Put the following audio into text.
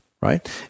right